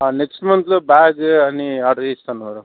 next మంత్లో bag అన్నీ order ఇస్తాను మేడమ్